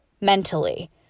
mentally